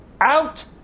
out